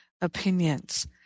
opinions